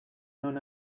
known